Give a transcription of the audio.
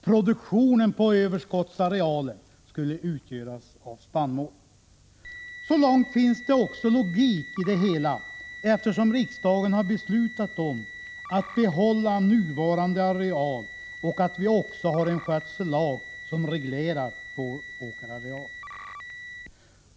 Produktionen på överskottsarealen skulle, sade riksdagen, utgöras av spannmål. Så långt finns det också logik i det hela, eftersom riksdagen har beslutat om att vi skall behålla nuvarande areal. Dessutom har vi en skötsellag som reglerar vår åkerareal.